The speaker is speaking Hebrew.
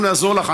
אנחנו נעזור לך.